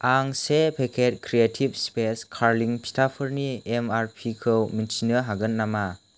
आं से packet creative space कार्लिं फिटाफोरनि एम आर पि खौ मिथिनो हागोन नामा